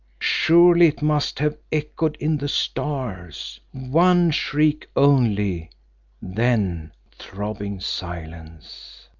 surely must have echoed in the stars. one shriek only then throbbing silence.